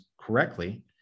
correctly